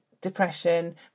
depression